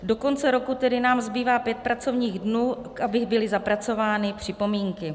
Do konce roku tedy nám zbývá pět pracovních dnů, aby byly zapracovány připomínky.